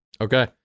Okay